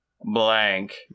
blank